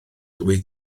dwyt